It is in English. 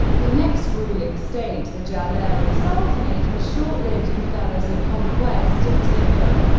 the next ruling state, the jalairid sultanate, was short-lived and fell as a conquest of timur.